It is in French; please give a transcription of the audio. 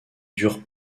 durent